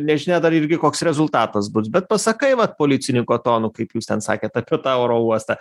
nežinia dar irgi koks rezultatas bus bet pasakai vat policininko tonu kaip jūs ten sakėt apie tą oro uostą